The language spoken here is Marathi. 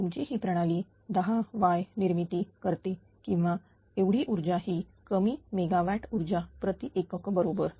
तुमची ही प्रणाली 10 yनिर्मिती करते किंवा एवढी ऊर्जा ही कमी मेगावॅट ऊर्जा प्रति एकक बरोबर